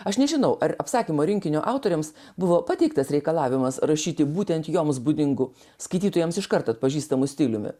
aš nežinau ar apsakymų rinkinio autorėms buvo pateiktas reikalavimas rašyti būtent joms būdingu skaitytojams iškart atpažįstamu stiliumi